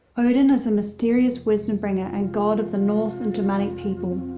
odin is a mysterious wisdom bringer and god of the norse and germanic people.